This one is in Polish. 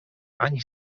ani